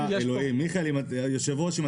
היושב ראש,